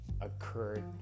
occurred